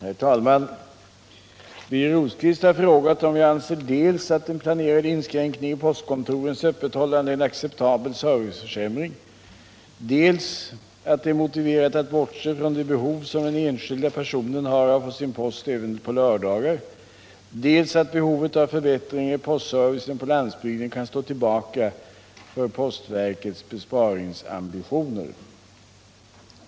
Herr talman! Birger Rosqvist har frågat om jag anser dels att den planerade inskränkningen i postkontorens öppethållande är en acceptabel serviceförsämring, dels att det är motiverat att bortse från det behov som den enskilda personen har av att få sin post även på lördagar, dels att behovet av förbättringar i postservicen på landsbygden kan stå tillbaka för postverkets besparingsambitioner.